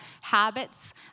habits